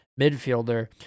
midfielder